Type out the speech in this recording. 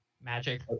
magic